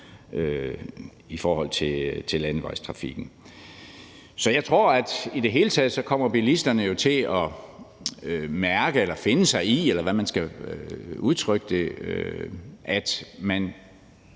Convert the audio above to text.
i forhold til landevejstrafikken. Så jeg tror, at bilisterne i det hele taget jo kommer til at mærke eller finde sig i, eller hvordan man skal udtrykke det, at man